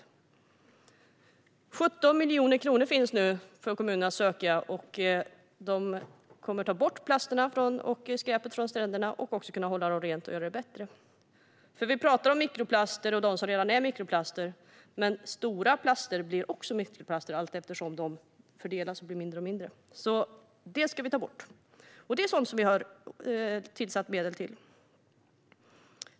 Nu finns det 17 miljoner kronor för kommunerna att söka. Plasten och skräpet från stränderna kommer att tas bort, och stränderna kommer att hållas rena och bli bättre. Vi talar mycket om mikroplaster, men stora plastföremål blir också mikroplaster allteftersom de vittrar sönder. De ska bort, och det har vi tillfört medel till.